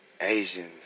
Asians